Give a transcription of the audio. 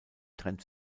trennte